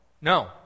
No